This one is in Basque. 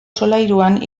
solairuan